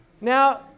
Now